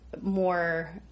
more